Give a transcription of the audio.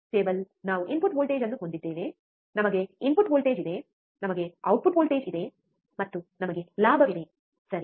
table ನಾವು input voltage ಅನ್ನು ಹೊಂದಿದ್ದೇವೆ ನಮಗೆ ಇನ್ಪುಟ್ ವೋಲ್ಟೇಜ್ ಇದೆ ನಮಗೆ ಔಟ್ಪುಟ್ ವೋಲ್ಟೇಜ್ ಇದೆ ಮತ್ತು ನಮಗೆ ಲಾಭವಿದೆ ಸರಿ